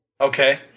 okay